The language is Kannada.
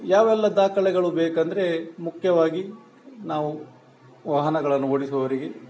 ಯಾವೆಲ್ಲ ದಾಖಲೆಗಳು ಬೇಕೆಂದ್ರೆ ಮುಖ್ಯವಾಗಿ ನಾವು ವಾಹನಗಳನ್ನು ಓಡಿಸೋವವರಿಗೆ